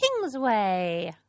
Kingsway